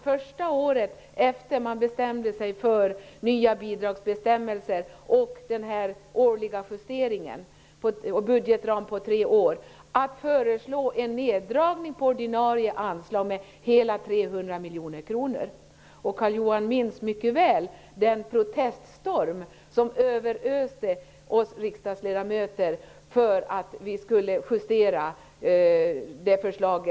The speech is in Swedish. Första året efter det att man infört nya bidragsbestämmelser, årlig justering och budgetram på tre år började man föreslå en neddragning av det ordinarie anslaget på hela 300 miljoner kronor. Carl-Johan Wilson minns mycket väl den proteststorm som överöste oss riksdagsledamöter när vi skulle justera regeringens förslag.